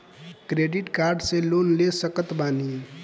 Credit card से loan ले सकत बानी?